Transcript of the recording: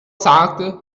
sagte